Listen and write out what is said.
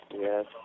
Yes